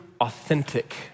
authentic